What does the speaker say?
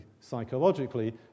psychologically